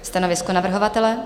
Stanovisko navrhovatele?